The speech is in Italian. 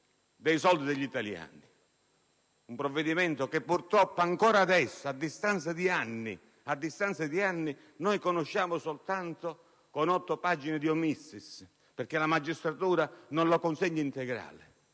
Si è trattato di un provvedimento che purtroppo ancora adesso, a distanza di anni, noi conosciamo soltanto con otto pagine di *omissis*, perché la magistratura non lo consegna nel